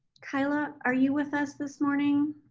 kyla, are you with us this morning?